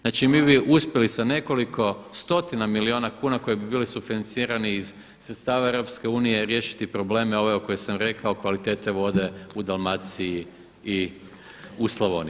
Znači, mi bi uspjeli sa nekoliko stotina milijuna kuna koji bi bili sufinancirani iz sredstava EU riješiti probleme ove koje sam rekao kvalitete vode u Dalmaciji i u Slavoniji.